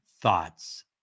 thoughts